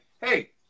hey